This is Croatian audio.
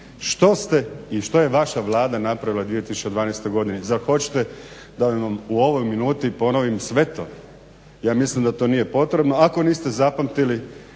Što ste i što je vaša Vlada napravila 2012. godini, zar hoćete da vam u ovoj minuti ponovim sve to? Ja mislim da to nije potrebno, ako niste zapamtili,